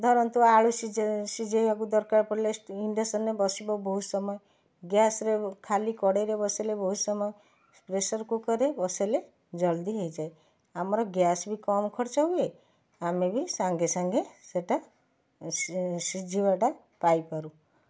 ଧରନ୍ତୁ ଆଳୁ ସିଝାଇବାକୁ ଦରକାର ପଡ଼ିଲେ ଇଣ୍ଡକ୍ସନ୍ରେ ବସିବ ବହୁତ ସମୟ ଗ୍ୟାସ୍ରେ ଖାଲି କଡ଼େଇରେ ବସାଇଲେ ବହୁତ ସମୟ ପ୍ରେସର୍ କୁକର୍ରେ ବସାଇଲେ ଜଲଦି ହେଇଯାଏ ଆମର ଗ୍ୟାସ୍ ବି କମ୍ ଖର୍ଚ୍ଚ ହୁଏ ଆମେ ବି ସାଙ୍ଗେ ସାଙ୍ଗେ ସେଇଟା ସିଝିବାଟା ପାଇପାରୁ